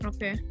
Okay